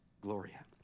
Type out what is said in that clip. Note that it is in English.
Gloria